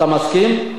אתה מסכים?